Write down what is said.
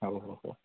ହଉ ହଉ